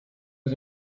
was